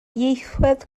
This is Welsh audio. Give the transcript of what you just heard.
ieithwedd